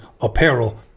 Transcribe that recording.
apparel